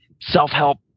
Self-help